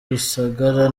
rusagara